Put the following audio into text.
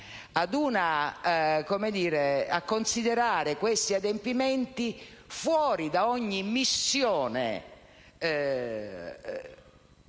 a considerare questi adempimenti fuori da ogni missione